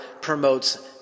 promotes